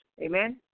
Amen